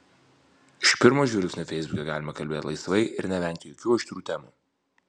iš pirmo žvilgsnio feisbuke galima kalbėti laisvai ir nevengti jokių aštrių temų